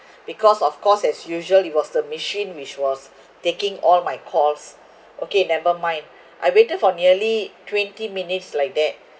because of course as usual it was the machine which was taking all my calls okay never mind I waited for nearly twenty minutes like that